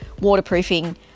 waterproofing